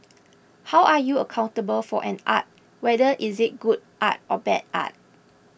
how are you accountable for an art whether is it good art or bad art